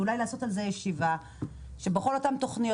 ואולי לעשות על זה ישיבה שבכל אותן תכניות